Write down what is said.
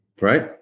right